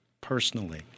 personally